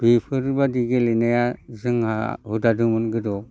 बेफोरबादि गेलेनाया जोंहा हुदा दंमोन गोदोआव